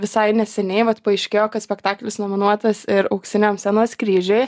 visai neseniai vat paaiškėjo kad spektaklis nominuotas ir auksiniam scenos kryžiui